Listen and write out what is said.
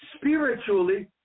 spiritually